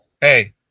hey